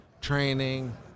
training